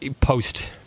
post